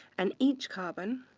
and each carbon